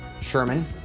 Sherman